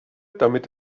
damit